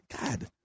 God